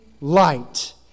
light